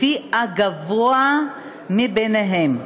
לפי הגבוה מהם.